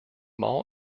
mall